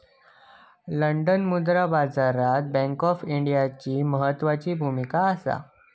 London मुद्रा बाजारात bank of इंग्लंडची म्हत्त्वापूर्ण भुमिका असा